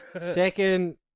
Second